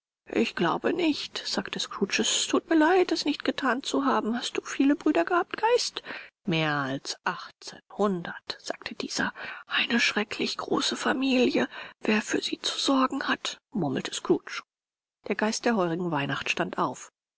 ich glaube nicht sagte scrooge es thut mir leid es nicht gethan zu haben hast du viele brüder gehabt geist mehr als achtzehnhundert sagte dieser eine schrecklich große familie wer für sie zu sorgen hat murmelte scrooge der geist der heurigen weihnacht stand auf